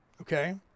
Okay